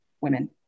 women